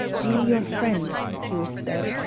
i am your friend, he whispered.